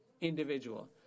individual